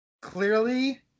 clearly